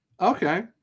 okay